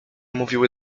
mówiły